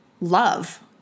love